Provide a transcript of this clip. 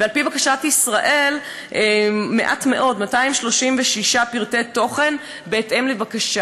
ועל-פי בקשת ישראל מעט מאוד: 263 פרטי תוכן בהתאם לבקשה.